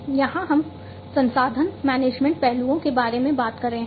यहां हम संसाधन मैनेजमेंट पहलुओं के बारे में बात कर रहे हैं